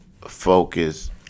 focus